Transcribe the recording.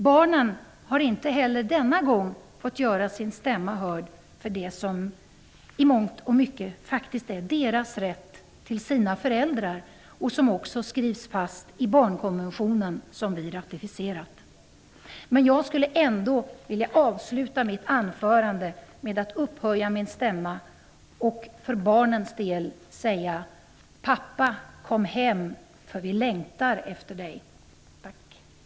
Barnen har inte heller denna gång fått göra sin stämma hörd. Det handlar i mångt och mycket faktiskt om deras rätt till sina föräldrar. Den slås också fast i barnkonkonventionen, som vi har ratificerat. Jag skulle vilja avsluta mitt anförande med att upphöja min stämma och för barnens del säga: Pappa kom hem för vi längtar efter dig! Tack!